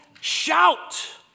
shout